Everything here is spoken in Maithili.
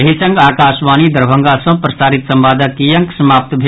एहि संग आकाशवाणी दरभंगा सँ प्रसारित संवादक ई अंक समाप्त भेल